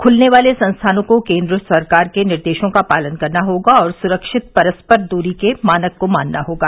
खुलने वाले संस्थानों को केन्द्र सरकार के निर्देशों का पालन करना होगा और सुरक्षित परस्पर दूरी के मानक को मानना होगा